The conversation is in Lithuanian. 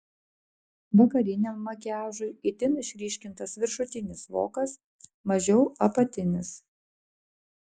vakariniam makiažui itin išryškintas viršutinis vokas mažiau apatinis